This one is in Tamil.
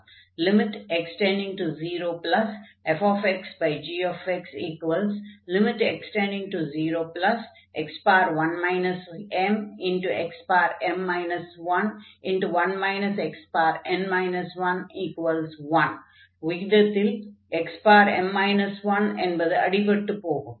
x→0fxgxx→0x1 mxm 11 xn 11 விகிதத்தில் xm 1 என்பது அடிப்பட்டு போகும்